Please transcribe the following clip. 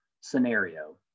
scenario